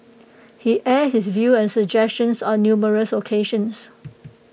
he aired his views and suggestions on numerous occasions